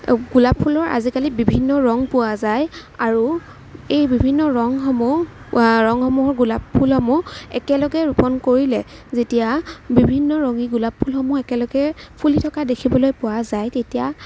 গোলাপ ফুলৰ আজিকালি বিভিন্ন ৰঙ পোৱা যায় আৰু এই বিভিন্ন ৰঙসমূহ ৰঙসমূহৰ গোলাপ ফুলসমূহ একেলগে ৰোপণ কৰিলে যেতিয়া বিভিন্নৰঙী গোলাপ ফুলসমূহ একেলগে ফুলি থকা দেখিবলৈ পোৱা যায় তেতিয়া